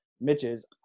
Mitch's